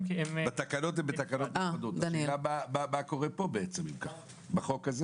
אם כך, מה קורה בחוק הזה?